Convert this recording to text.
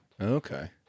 Okay